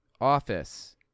office